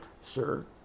sir